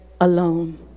alone